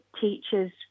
teachers